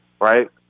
right